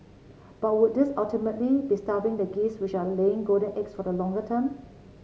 but would this ultimately be starving the geese which are laying golden eggs for the longer term